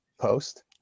post